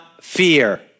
fear